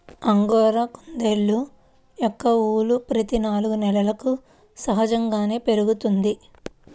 angora కుందేళ్ళ యొక్క ఊలు ప్రతి నాలుగు నెలలకు సహజంగానే పెరుగుతుంది